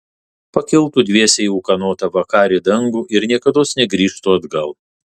pakiltų dviese į ūkanotą vakarį dangų ir niekados negrįžtų atgal